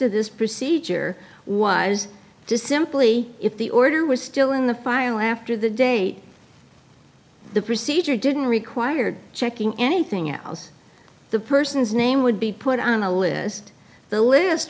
of this procedure was to simply if the order was still in the file after the date the procedure didn't require checking anything else the person's name would be put on a list the list